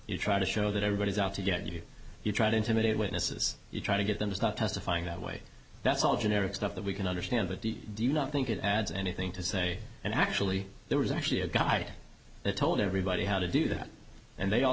you try to show that everybody is out to get you you try to intimidate witnesses you try to get them to stop testifying that way that's all generic stuff that we can understand but the do not think it adds anything to say and actually there was actually a guide that told everybody how to do that and they all